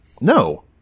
No